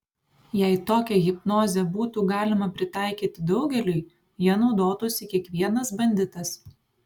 jei tokią hipnozę būtų galima pritaikyti daugeliui ja naudotųsi kiekvienas banditas